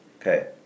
Okay